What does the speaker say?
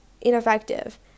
ineffective